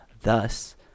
Thus